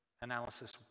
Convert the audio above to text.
analysis